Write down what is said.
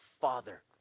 father